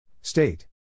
State